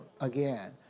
again